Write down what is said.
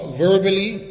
verbally